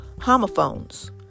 homophones